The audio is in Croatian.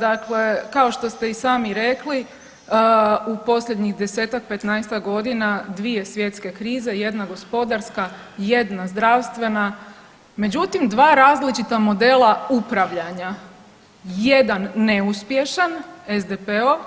Dakle, kao što ste i sami rekli, u posljednjih 10-tak 15-tak godina dvije svjetske krize, jedna gospodarska, jedna zdravstvena, međutim dva različita modela upravljanja, jedan neuspješan SDP-ov